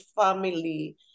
family